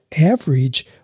average